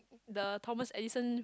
the Thomas Edison